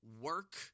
work